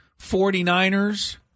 49ers